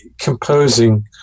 composing